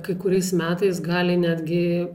kai kuriais metais gali netgi